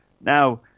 Now